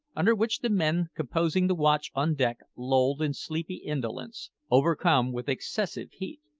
under which the men composing the watch on deck lolled in sleepy indolence, overcome with excessive heat.